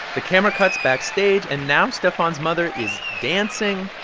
the camera cuts backstage, and now stephon's mother is dancing